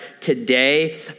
today